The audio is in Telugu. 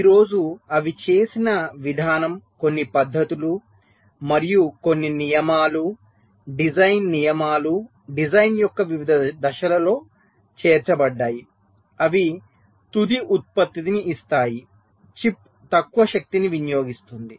ఈ రోజు అవి చేసిన విధానం కొన్ని పద్ధతులు మరియు కొన్ని నియమాలు డిజైన్ నియమాలు డిజైన్ యొక్క వివిధ దశలలో చేర్చబడ్డాయి అవి తుది ఉత్పత్తిని ఇస్తాయి చిప్ తక్కువ శక్తిని వినియోగిస్తుంది